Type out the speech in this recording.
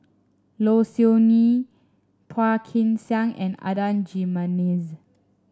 Low Siew Nghee Phua Kin Siang and Adan Jimenez